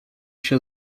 się